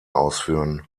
ausführen